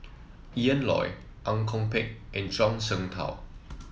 Ian Loy Ang Kok Peng and Zhuang Shengtao